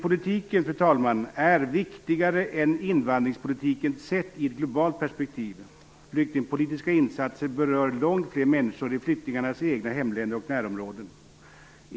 Flyktingpolitiken är viktigare än invandringspolitiken, sett i ett globalt perspektiv. Flyktingpolitiska insatser berör långt fler människor i flyktingarnas egna hemländer och närområden.